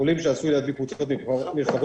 חולים שעשויים להדביק אוכלוסיות נרחבות,